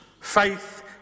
Faith